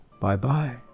Bye-bye